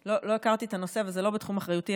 לא הכרתי את הנושא וזה לא בתחום אחריותי,